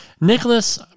Nicholas